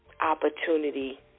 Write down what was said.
opportunity